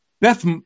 Beth